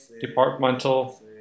departmental